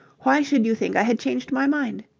why should you think i had changed my mind?